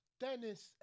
Dennis